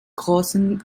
großen